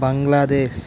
Bangladesh